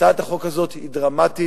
הצעת החוק הזאת היא דרמטית,